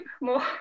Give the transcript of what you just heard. more